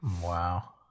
Wow